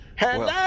Hello